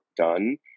done